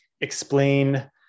explain